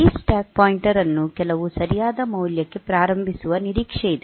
ಈ stack pointer ಅನ್ನು ಕೆಲವು ಸರಿಯಾದ ಮೌಲ್ಯಕ್ಕೆ ಪ್ರಾರಂಭಿಸುವ ನಿರೀಕ್ಷೆಯಿದೆ